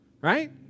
Right